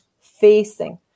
facing